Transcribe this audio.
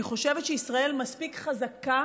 אני חושבת שישראל מספיק חזקה